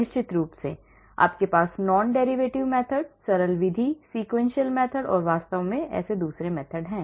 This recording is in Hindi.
निश्चित रूप से आपके पास non derivative method सरल विधि sequential methodऔर वास्तव में है